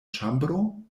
ĉambro